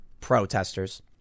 protesters